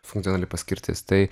funkcionali paskirtis tai